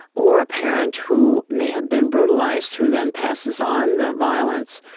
or a parent who may have been brutalized who then passes on the violence.